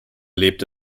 lebte